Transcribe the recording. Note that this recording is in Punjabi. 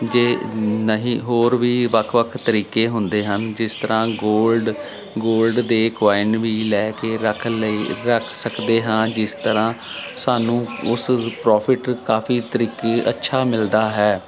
ਜੇ ਨਹੀਂ ਹੋਰ ਵੀ ਵੱਖ ਵੱਖ ਤਰੀਕੇ ਹੁੰਦੇ ਹਨ ਜਿਸ ਤਰ੍ਹਾਂ ਗੋਲਡ ਗੋਲਡ ਦੇ ਕੋਇਨ ਵੀ ਲੈ ਕੇ ਰੱਖ ਲਈ ਰੱਖ ਸਕਦੇ ਹਾਂ ਜਿਸ ਤਰ੍ਹਾਂ ਸਾਨੂੰ ਉਸ ਪ੍ਰੋਫਿਟ ਕਾਫੀ ਤਰੀਕੇ ਅੱਛਾ ਮਿਲਦਾ ਹੈ